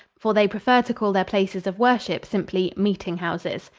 for they prefer to call their places of worship simply meeting-houses.